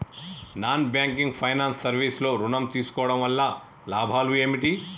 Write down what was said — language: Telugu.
నాన్ బ్యాంకింగ్ ఫైనాన్స్ సర్వీస్ లో ఋణం తీసుకోవడం వల్ల లాభాలు ఏమిటి?